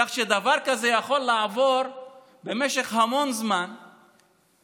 כך שדבר כזה יכול לעבור במשך המון זמן, נא לסיים.